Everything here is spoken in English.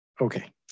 Okay